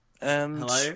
Hello